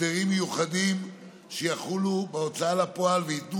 הסדרים מיוחדים שיחולו בהוצאה לפועל וייתנו